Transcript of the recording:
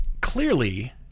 Clearly